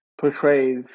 portrays